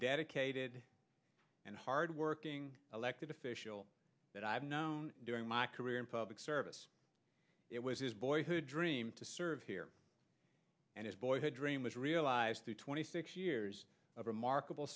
dedicated and hard working elected official that i've known during my career in public service it was his boyhood dream to serve here and his boyhood dream was realized through twenty six years of markable